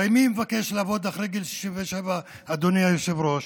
הרי מי מבקש לעבוד אחרי גיל 67, אדוני היושב-ראש?